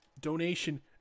donation